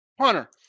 Hunter